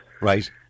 Right